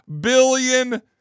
billion